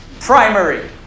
primary